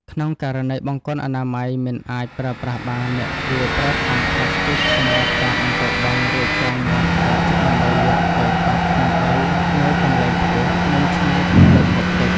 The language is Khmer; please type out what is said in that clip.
ក្នុងករណីបង្គន់អនាម័យមិនអាចប្រើប្រាស់បាន អ្នកគួរប្រើថង់ប្លាស្ទិកសម្រាប់ការបន្ទោបង់ រួចចងមាត់ឱ្យជិតដើម្បីយកទៅកប់ក្នុងដីនៅកន្លែងខ្ពស់ និងឆ្ងាយពីប្រភពទឹក។